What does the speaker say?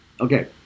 Okay